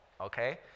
okay